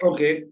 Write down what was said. Okay